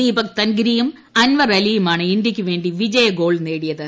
ദീപക് തൻഗിരിയും അൻവർ അലിയുമാണ് ഇന്ത്യയ്ക്ക് വേണ്ടി വിജയഗോൾ നേടിയത്